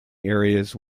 areas